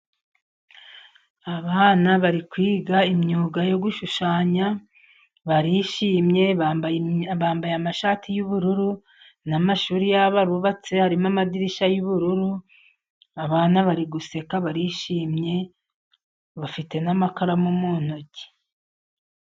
Abana bari kwiga imyuga yo gushushanya . Barishimye, bambaye amashati y'ubururu . N'amashuri yabo arubatse harimo amadirishya y'ubururu. Abana bari guseka, barishimye bafite n'amakaramu mu ntoki.